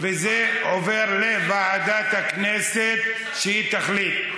זה עובר לוועדת הכנסת כדי שהיא תחליט.